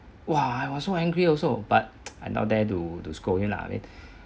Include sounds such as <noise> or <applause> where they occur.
!wah! I was so angry also but <noise> I not dare to to scold him lah I mean